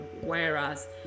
whereas